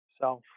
self